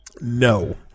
no